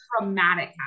traumatic